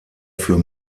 für